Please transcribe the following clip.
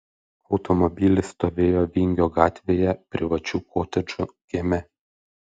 automobilis stovėjo vingio gatvėje privačių kotedžų kieme